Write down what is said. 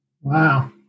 Wow